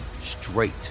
straight